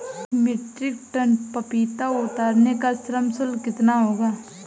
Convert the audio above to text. एक metric tonne पपीता उतारने का श्रम शुल्क कितना होगा?